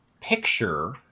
picture